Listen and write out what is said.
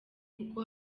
kuko